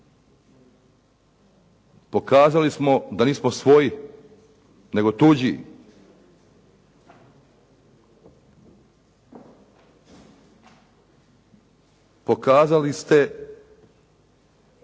Pokazali smo da nismo svoji nego tuđi. Pokazali ste